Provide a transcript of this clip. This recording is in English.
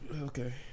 Okay